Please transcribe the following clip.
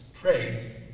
pray